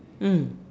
mm